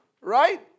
right